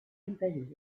impedir